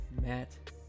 Matt